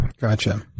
Gotcha